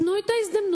תנו את ההזדמנות.